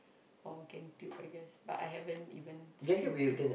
or gang tube I guess but I haven't even streamed any